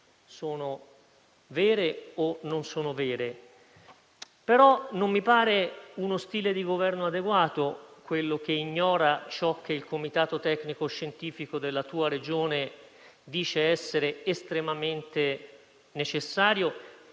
siano vere o no, ma non mi pare uno stile di governo adeguato quello che ignora ciò che il comitato tecnico-scientifico della propria Regione dice essere estremamente necessario.